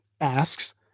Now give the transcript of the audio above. asks